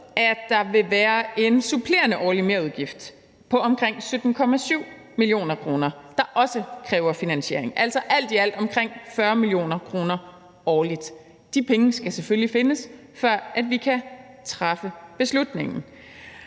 at der vil være en supplerende årlig merudgift på omkring 17,7 mio. kr., der også kræver finansiering, altså alt i alt omkring 40 mio. kr. årligt. De penge skal selvfølgelig findes, før vi kan træffe beslutningen.